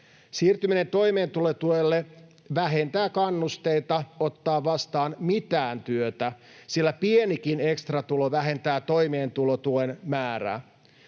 Siirtyminen toimeentulotuelle vähentää kannusteita ottaa vastaan mitään työtä, sillä pienikin ekstratulo vähentää toimeentulotuen määrää.